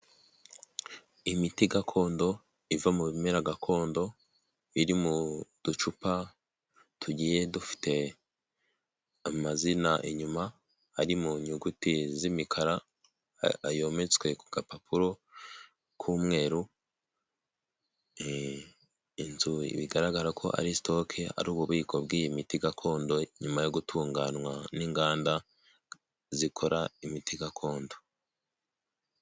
Imiti gakondo iva mu bimera gakondo iri mu ducupa tugiye dufite amazina inyuma ari mu nyuguti z'imikara yometswe ku gapapuro k'umweru, inzu bigaragara ko ari sitoke ari ububiko bw'iyi miti gakondo nyuma yo gutunganywa n'inganda zikora imiti gakondo.